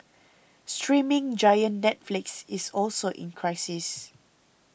streaming giant Netflix is also in crisis